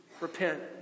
Repent